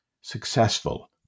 successful